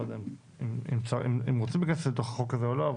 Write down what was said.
לא יודע אם רוצים להיכנס לזה בתוך החוק הזה או לא.